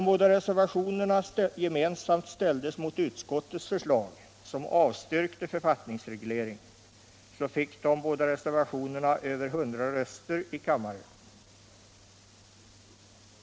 När reservationerna gemensamt ställdes mot utskottets förslag, som avstyrkte författningsreglering, fick de båda reservationerna över 100 röster i kammaren.